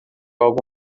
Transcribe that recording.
algo